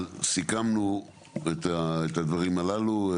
אז סיכמנו את הדברים הללו.